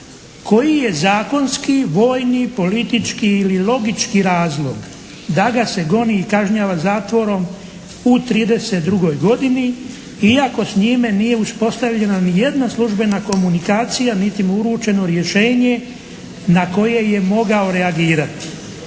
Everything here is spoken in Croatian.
Koji je zakonski, vojni, politički ili logički razlog da ga se goni i kažnjava zatvorom u 32. godini, iako s njime nije uspostavljena ni jedna službena komunikacija niti mu uručeno rješenje na koje je mogao reagirati?